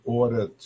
order